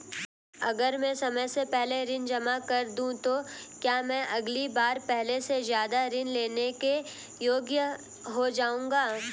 अगर मैं समय से पहले ऋण जमा कर दूं तो क्या मैं अगली बार पहले से ज़्यादा ऋण लेने के योग्य हो जाऊँगा?